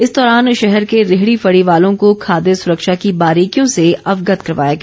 इस दौरान शहर के रेहड़ी फड़ी वालों को खाद्य सुरक्षा की बारीकियों से अवगत करवाया गया